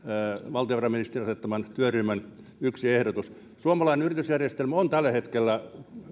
valtiovarainministeriön asettaman työryhmän yksi ehdotus voi sanoa että suomalainen yritysjärjestelmä on tällä hetkellä